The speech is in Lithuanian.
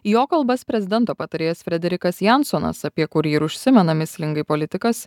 jo kalbas prezidento patarėjas frederikas jansonas apie kurį ir užsimena mįslingai politikas